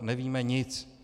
Nevíme nic!